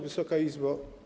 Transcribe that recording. Wysoka Izbo!